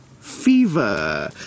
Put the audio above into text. Fever